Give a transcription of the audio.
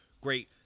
great